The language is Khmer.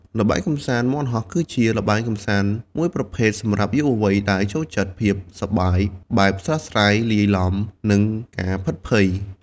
ល្បែងកំសាន្តមាន់ហោះ គឺជាល្បែងកំសាន្តមួយប្រភេទសម្រាប់យុវវ័យ ដែលចូលចិត្តភាពសប្បាយបែបស្រស់ស្រាយលាយលំ និងការភិតភ័យ។